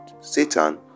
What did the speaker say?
Satan